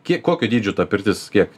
kie kokio dydžio ta pirtis kiek